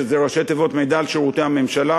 שזה ראשי תיבות של מידע על שירותי הממשלה,